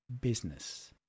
business